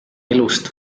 elust